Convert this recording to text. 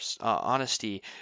honesty